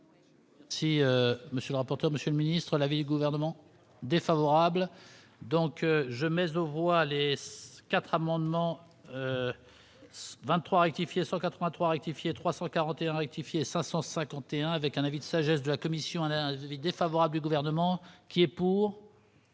Monsieur le rapporteur, monsieur le ministre, l'avis du gouvernement défavorable, donc je 4 amendements 23 rectifier 183 rectifier 341 rectifier 551 avec un avis de sagesse de la commission à la vie défavorable gouvernement qui est pour.